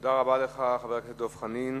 תודה רבה לך, חבר הכנסת דב חנין.